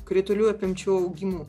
kritulių apimčių augimu